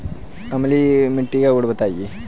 अम्लीय मिट्टी का गुण बताइये